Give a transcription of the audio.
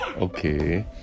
Okay